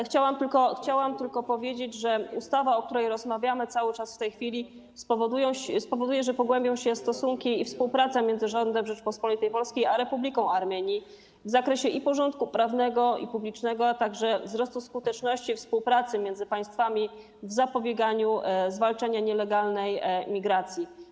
Chciałam tylko powiedzieć, że ustawa, o której rozmawiamy cały czas w tej chwili, spowoduje, że pogłębią się stosunki i współpraca między rządem Rzeczypospolitej Polskiej a Republiką Armenii w zakresie porządku prawnego i publicznego, a także wzrostu skuteczności współpracy między państwami w zapobieganiu zwalczania nielegalnej migracji.